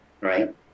Right